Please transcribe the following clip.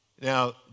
Now